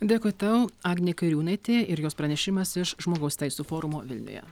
dėkui tau agnė kairiūnaitė ir jos pranešimas iš žmogaus teisių forumo vilniuje